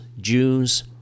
Jews